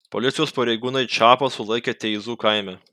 policijos pareigūnai čapą sulaikė teizų kaime